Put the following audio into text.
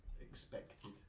expected